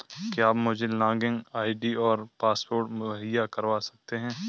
क्या आप मुझे लॉगिन आई.डी और पासवर्ड मुहैय्या करवा सकते हैं?